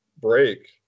break